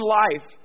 life